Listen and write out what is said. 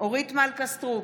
אורית מלכה סטרוק,